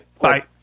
Bye